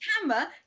camera